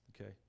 okay